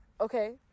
Okay